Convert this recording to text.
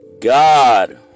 God